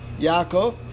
Yaakov